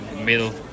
middle